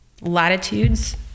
latitudes